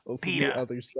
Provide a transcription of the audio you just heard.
Peter